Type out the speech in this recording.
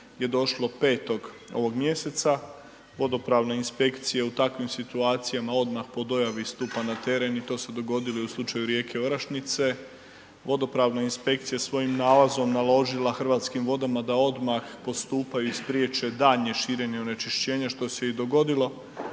je došlo 5. ovog mjeseca, vodopravne inspekcije u takvim situacijama odmah po dojavi stupa na teren i to se dogodilo i u slučaju rijeke Orašnice. Vodopravna inspekcija je svojim nalazom naložila Hrvatskim vodama da odmah postupaju i spriječe daljnje širenje onečišćenja što se i dogodilo,